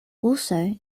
also